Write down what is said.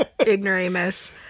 ignoramus